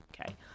Okay